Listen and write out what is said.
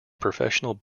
professional